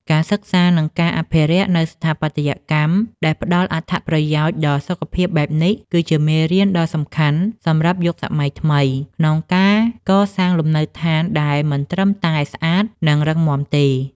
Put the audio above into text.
ការសិក្សា និងការអភិរក្សនូវស្ថាបត្យកម្មដែលផ្តល់អត្ថប្រយោជន៍ដល់សុខភាពបែបនេះ គឺជាមេរៀនដ៏សំខាន់សម្រាប់យុគសម័យថ្មី ក្នុងការកសាងលំនៅដ្ឋានដែលមិនត្រឹមតែស្អាត និងរឹងមាំទេ។